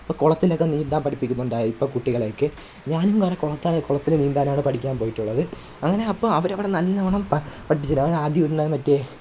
അപ്പം കുളത്തിലൊക്കെ നീന്താന് പഠിപ്പിക്കുന്നുണ്ടായി ഇപ്പം കുട്ടികളൊക്കെ ഞാനും കുറേ കുളത്തിൽ കുളത്തിൽ നീന്താനാണ് പഠിക്കാന് പോയിട്ടുള്ളത് അങ്ങനെ അപ്പോൾ അവർ അവിടെ നല്ലോണം പ പഠിപ്പിച്ച് തരും അങ്ങനെ ആദ്യം ഒരു നാള് മറ്റെ